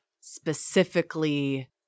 specifically